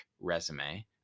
resume